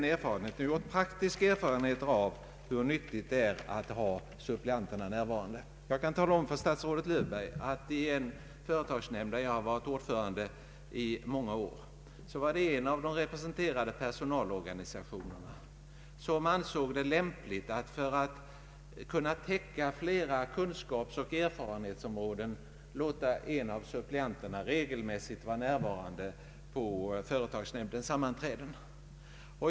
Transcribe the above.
Jag har även praktiska erfarenheter av hur nyttigt det är att ha suppleanterna närvarande. Jag kan tala om för statsrådet Löfberg att i en företagsnämnd där jag i många år har varit ordförande ansåg en av de representerade personalorganisationerna det lämpligt att för att kunna täcka flera kunskapsoch erfarenhetsområden låta en av suppleanterna regelmässigt vara närvarande på företagsnämndens sammanträden.